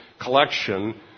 collection